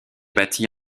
bâtie